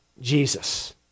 Jesus